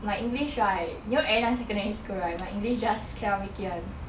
my english right you know everytime secondary school right my english just cannot make it [one]